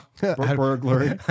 burglary